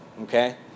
okay